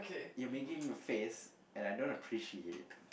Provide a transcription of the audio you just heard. you're making a face and I don't appreciate it